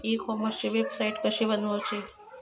E कॉमर्सची website कशी बनवची?